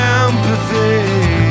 empathy